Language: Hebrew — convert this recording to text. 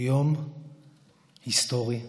זהו יום היסטורי ומרגש,